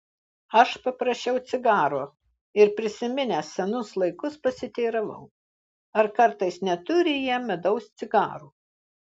aš paprašiau cigaro ir prisiminęs senus laikus pasiteiravau ar kartais neturi jie medaus cigarų